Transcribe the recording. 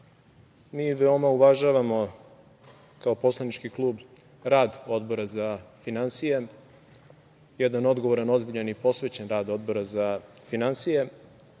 mi veoma uvažavamo kao poslanički klub rad Odbora za finansije, jedan ozbiljan, odgovoran i posvećen rad Odbora za finansije.